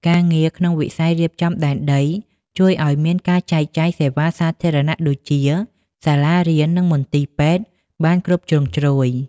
ការងារក្នុងវិស័យរៀបចំដែនដី ជួយឱ្យមានការចែកចាយសេវាសាធារណៈដូចជា សាលារៀន និងមន្ទីរពេទ្យបានគ្រប់ជ្រុងជ្រោយ។